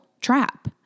trap